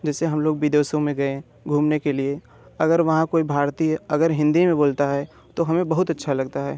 जैसे हम लोग विदेशों में गए घूमने के लिए अगर वहाँ कोई भारतीय अगर हिन्दी में बोलता है तो हमें बहुत अच्छा लगता है